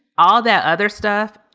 all that other stuff,